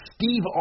Steve